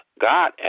God